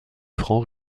franc